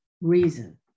reason